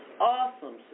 awesome